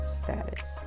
status